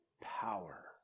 power